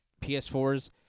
PS4s